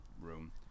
room